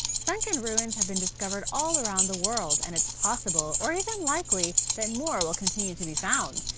sunken ruins have been discovered all around the world and it's possible, or even likely, that more will continue to be found.